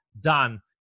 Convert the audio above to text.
done